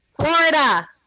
Florida